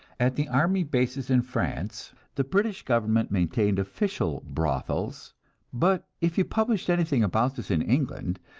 at the army bases in france, the british government maintained official brothels but if you published anything about this in england,